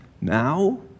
now